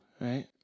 Right